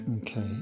Okay